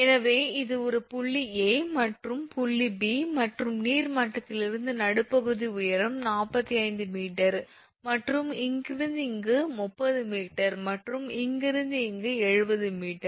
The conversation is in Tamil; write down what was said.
எனவே இது ஒரு புள்ளி A மற்றும் புள்ளி 𝐵 மற்றும் நீர் மட்டத்திலிருந்து நடுப்பகுதி உயரம் 45 m மற்றும் இங்கிருந்து இங்கு 30 𝑚 மற்றும் இங்கிருந்து இங்கு 70 m